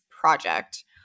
project